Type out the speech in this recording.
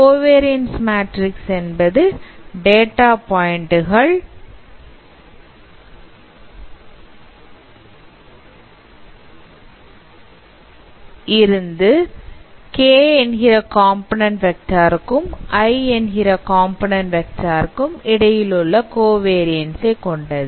covariance matrix என்பது data பாயிண்ட்கள் இருந்து k என்கிற காம்போநன்ண்ட் வெக்டார் க்கும் l என்கிற காம்போநன்ண்ட் வெக்டார் க்கும் இடையிலுள்ள கோவரியன்ஸ் ஐ கொண்டது